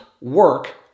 Work